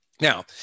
Now